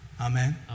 Amen